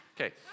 Okay